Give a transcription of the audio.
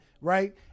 Right